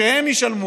שהם ישלמו